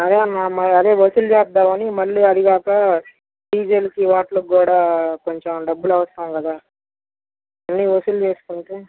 అదే అన్నా మరి అదే వసూలు చేద్దామని మళ్ళీ అదిగాక డీజేలకి వాటిళ్ళకి కూడా కొంచెం డబ్బులు అవసరం కదా మళ్ళీ వసూలు చేసుకుంటే